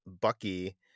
Bucky